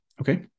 okay